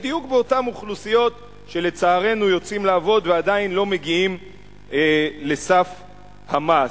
בדיוק באותן אוכלוסיות שלצערנו יוצאות לעבוד ועדיין לא מגיעות לסף המס.